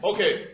Okay